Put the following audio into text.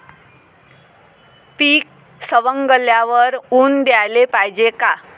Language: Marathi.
पीक सवंगल्यावर ऊन द्याले पायजे का?